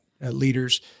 leaders